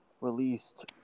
released